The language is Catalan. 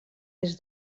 des